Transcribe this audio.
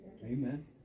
Amen